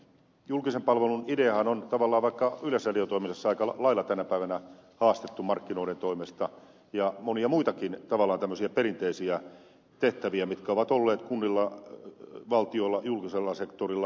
julkisen palvelun ideahan on tavallaan vaikka yleisradion toiminnassa aika lailla tänä päivänä haastettu markkinoiden toimesta ja monia muitakin tavallaan tämmöisiä perinteisiä tehtäviä mitkä ovat olleet kunnilla valtiolla julkisella sektorilla